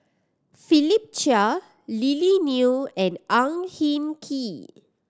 Philip Chia Lily Neo and Ang Hin Kee